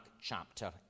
chapter